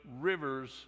rivers